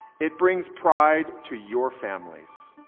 it brings pride to your families.